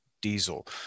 diesel